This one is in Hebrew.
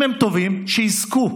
אם הם טובים, שיזכו.